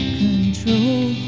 control